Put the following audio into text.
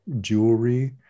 jewelry